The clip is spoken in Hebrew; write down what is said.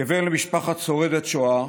כבן למשפחה שורדת שואה,